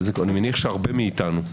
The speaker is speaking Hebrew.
מניח שהרבה מאתנו.